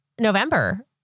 November